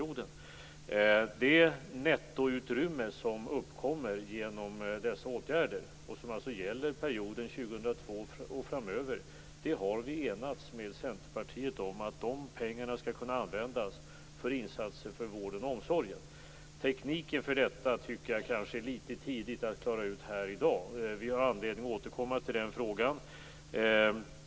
Vi har enats med Centerpartiet om att det nettoutrymme som uppkommer genom dessa åtgärder och som alltså gäller från år 2002 och framöver skall kunna användas för insatser inom vården och omsorgen. Tekniken för detta tycker jag kanske att det är lite tidigt att klara ut här i dag. Vi har anledning att återkomma till frågan.